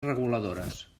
reguladores